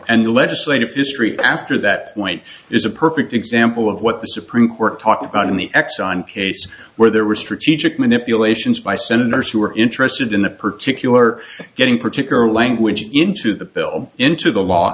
and the legislative history after that point is a perfect example of what the supreme court talked about in the exxon case where there were strategic manipulations by senators who were interested in a particular getting particular language into the bill into the law